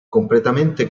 completamente